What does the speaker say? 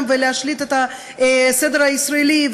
ולהשליט את הסדר הישראלי,